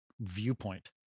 viewpoint